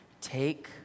Take